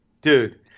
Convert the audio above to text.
Dude